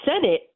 Senate